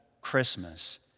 Christmas